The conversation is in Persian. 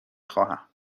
خواهم